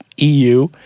EU